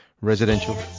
Residential